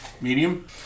Medium